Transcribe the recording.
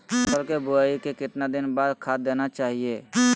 फसल के बोआई के कितना दिन बाद खाद देना चाइए?